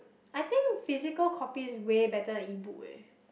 I think physical copies way better than EBook eh